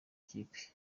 kipe